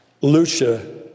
Lucia